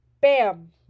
bam